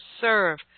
serve